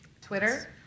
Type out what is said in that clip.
Twitter